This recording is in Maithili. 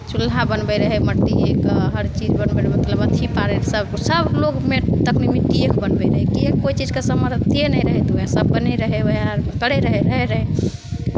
चूल्हा बनबैत रहै मट्टीएके हरचीज बनबैत रहै मतलब अथी पाड़ैत रहै सभ सभलोक तखनि मिट्टीएके बनबैत रहै किएक कोइ चीजके करैत रहै रहैत रहै